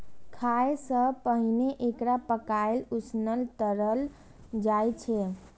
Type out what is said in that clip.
खाय सं पहिने एकरा पकाएल, उसनल, तरल जाइ छै